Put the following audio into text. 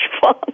fun